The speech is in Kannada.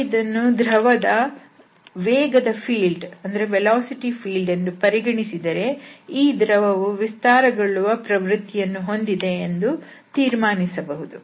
ನಾವಿದನ್ನು ದ್ರವ ದ ವೇಗದ ಫೀಲ್ಡ್ ಎಂದು ಪರಿಗಣಿಸಿದರೆ ಈ ದ್ರವವು ವಿಸ್ತಾರಗೊಳ್ಳುವ ಪ್ರವೃತ್ತಿಯನ್ನು ಹೊಂದಿದೆ ಎಂದು ತೀರ್ಮಾನಿಸಬಹುದು